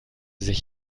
sich